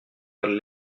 vers